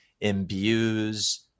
imbues